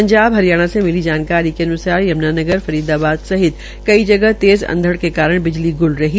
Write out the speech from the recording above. पंजाब हरियाणा से मिली जानकारी के अन्सार यमुनानगर फरीदाबाद सहित कई जगह तेज़ अंधड़ के कारण बिजली ग्ल रही